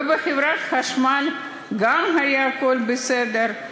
ובחברת החשמל גם היה הכול בסדר.